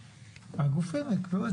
הגופים יקבעו את זה,